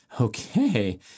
Okay